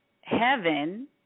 heaven